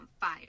fire